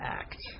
act